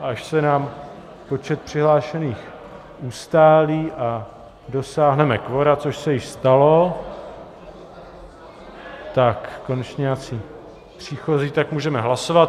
Až se nám počet přihlášených ustálí a dosáhneme kvora, což se již stalo konečně nějací příchozí, tak můžeme hlasovat.